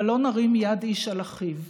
אבל לא נרים יד איש על אחיו.